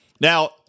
Now